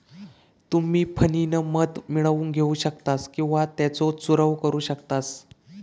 तुम्ही फणीनं मध पिळून घेऊ शकतास किंवा त्येचो चूरव करू शकतास